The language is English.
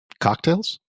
cocktails